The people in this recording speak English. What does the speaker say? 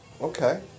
Okay